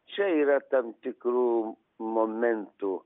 čia yra tam tikrų momentų